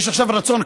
יש עכשיו רצון,